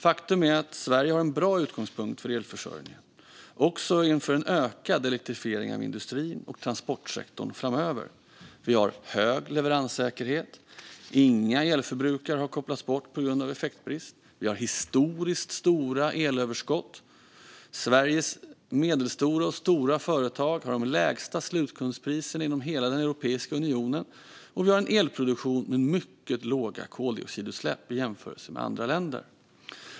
Faktum är att Sverige har en bra utgångspunkt för elförsörjningen, också inför en ökad elektrifiering av industrin och transportsektorn framöver. Vi har hög leveranssäkerhet. Inga elförbrukare har behövt kopplas bort på grund av effektbrist. Vi har historiskt stora elöverskott. Sveriges medelstora och stora företag har de lägsta slutkundspriserna inom hela Europeiska unionen, och vi har en elproduktion med mycket låga koldioxidutsläpp i jämförelse med andra länder.